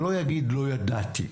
שלא יגיד "לא ידעתי".